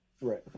Right